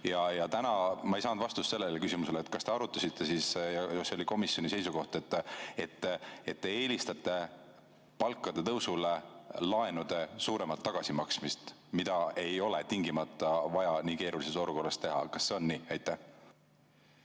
Täna ei saanud ma vastust sellele küsimusele. Kas te arutasite seda ja kas see oli komisjoni seisukoht, et te eelistate palkade tõusule laenude suuremat tagasimaksmist, mida ei ole tingimata vaja nii keerulises olukorras teha? Kas see on nii? Aitäh,